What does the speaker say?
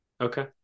Okay